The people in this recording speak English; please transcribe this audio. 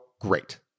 great